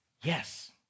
Yes